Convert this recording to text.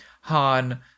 Han